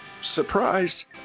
surprise